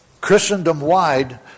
Christendom-wide